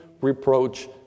reproach